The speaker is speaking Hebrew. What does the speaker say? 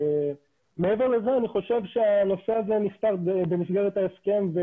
מעבר לזה אני חושב שהנושא הזה נפתר במסגרת ההסכם.